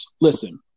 Listen